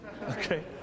Okay